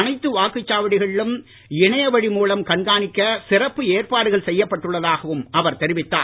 அனைத்து வாக்குச்சாவடிகளிலும் இணைய வழி மூலம் கண்காணிக்க சிறப்பு ச ஏற்பாடுகள் செய்யப்பட்டுள்ளதாவும் அஅர் தெரிவித்தார்